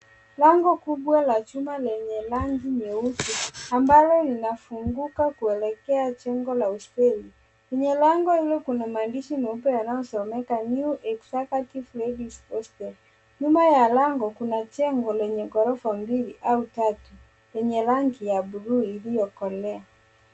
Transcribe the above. Lango kubwa la chumba lenye rangi nyeupe ambalo linafunguka kuelekea jengo la hosteli. Kwenye lango hilo kuna maandishi meupe yanaosomeka new executive ladies hostel , nyuma ya lango kuna jengo lenye gorofa mbili au tatu enye rangi ya bluu iliokolea.